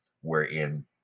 wherein